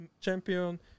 champion